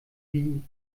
die